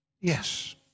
Yes